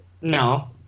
No